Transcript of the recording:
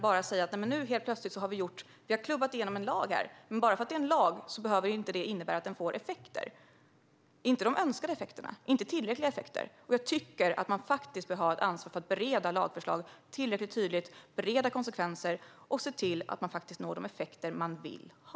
Bara för att det klubbas igenom en lag betyder det inte att lagen får önskad och tillräcklig effekt. Jag anser att man har ett ansvar att bereda lagförslag och konsekvenserna därav ordentligt så att man faktiskt når de effekter man vill ha.